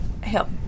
help